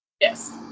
Yes